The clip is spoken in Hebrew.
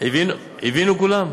הבינו כולם?